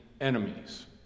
enemies